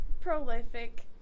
prolific